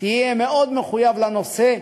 תהיה מאוד מחויב לנושא.